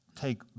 take